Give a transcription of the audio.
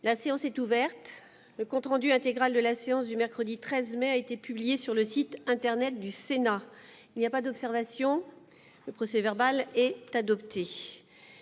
La séance est ouverte. Le compte rendu intégral de la séance du mercredi 13 mai 2020 a été publié sur le site internet du Sénat. Il n'y a pas d'observation ?... Le procès-verbal est adopté.